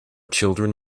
children